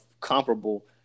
comparable